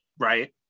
Right